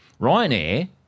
Ryanair